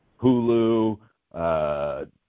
Hulu